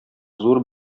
зур